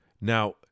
Now